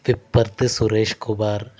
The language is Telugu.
తిప్పర్తి సురేష్ కుమార్